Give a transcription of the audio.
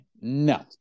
no